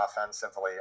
offensively